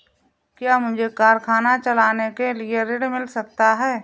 क्या मुझे कारखाना चलाने के लिए ऋण मिल सकता है?